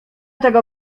tego